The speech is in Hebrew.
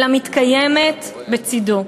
אלא מתקיימת בצדו.